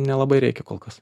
nelabai reikia kol kas